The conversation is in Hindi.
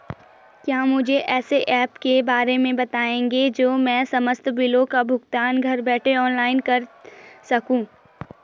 क्या मुझे ऐसे ऐप के बारे में बताएँगे जो मैं समस्त बिलों का भुगतान घर बैठे ऑनलाइन कर सकूँ?